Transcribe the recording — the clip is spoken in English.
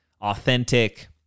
authentic